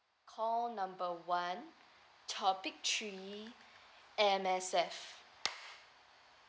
call number one topic three M_S_F